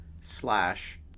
slash